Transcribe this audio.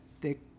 thick